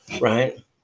Right